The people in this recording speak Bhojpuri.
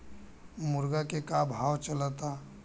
मुर्गा के का भाव चलता?